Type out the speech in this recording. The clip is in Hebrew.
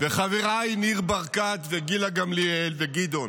וחבריי ניר ברקת וגילה גמליאל וגדעון,